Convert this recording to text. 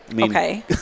Okay